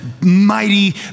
mighty